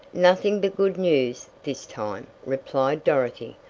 nothing but good news this time, replied dorothy.